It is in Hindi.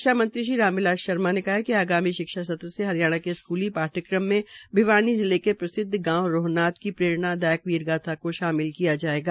शिक्षामंत्री श्री राम बिलास शर्मा ने कहा है कि आगामी शिक्षा सत्र से हरियाणा के स्कूली पाठ्यक्रम मे भिवानी के प्रसिस्द्व गांव रोहनात के प्ररेणादायक वीरगाथाओं को शामिल किया जायेगा